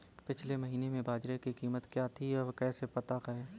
पिछले महीने बाजरे की कीमत क्या थी कैसे पता करें?